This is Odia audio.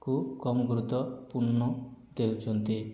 କୁ କମ୍ ଗୁରୁତ୍ୱପୂର୍ଣ୍ଣ ଦେଉଛନ୍ତି